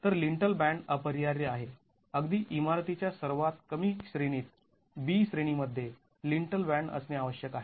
तर lintel band अपरिहार्य आहे अगदी इमारतीच्या सर्वात कमी श्रेणीत B श्रेणी मध्ये लिन्टल बॅन्ड असणे आवश्यक आहे